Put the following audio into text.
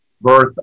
birth